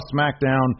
SmackDown